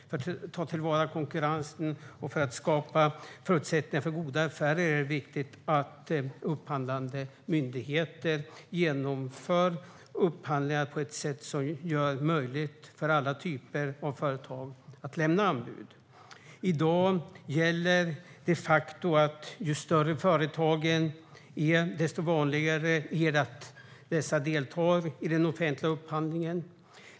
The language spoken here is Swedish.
För att ta till vara konkurrensen och skapa förutsättningar för goda affärer är det viktigt att upphandlande myndigheter genomför upphandlingar på ett sätt som gör det möjligt för alla typer av företag att lämna anbud. I dag gäller de facto att ju större företagen är desto vanligare är det att de deltar i den offentliga upphandlingen.